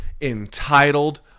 entitled